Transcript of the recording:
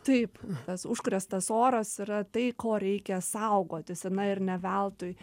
taip tas užkrėstas oras yra tai ko reikia saugotis na ir ne veltui